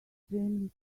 extremely